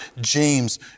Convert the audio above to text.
James